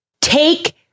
take